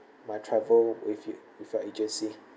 my travel with you with your agency